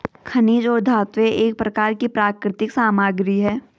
खनिज और धातुएं एक प्रकार की प्राकृतिक सामग्री हैं